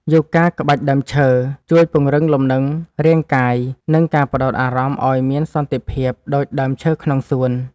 យូហ្គាក្បាច់ដើមឈើ ជួយពង្រឹងលំនឹងរាងកាយ និងការផ្ដោតអារម្មណ៍ឱ្យមានសន្តិភាពដូចដើមឈើក្នុងសួន។